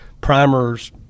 primers